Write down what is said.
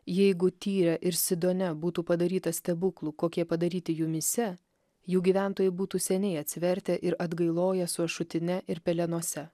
jeigu tyre ir sidone būtų padaryta stebuklų kokie padaryti jumyse jų gyventojai būtų seniai atsivertę ir atgailoje su ašutine ir pelenuose